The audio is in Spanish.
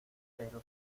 pero